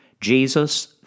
Jesus